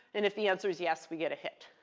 and if the answer is yes, we get a hit.